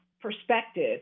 perspective